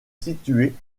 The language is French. situés